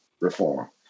reform